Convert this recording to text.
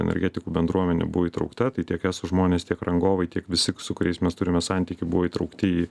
energetikų bendruomenė buvo įtraukta tai tiek eso žmonės tiek rangovai tiek visi su kuriais mes turime santykį buvo įtraukti į